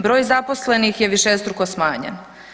Broj zaposlenih je višestruko smanjen.